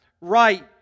right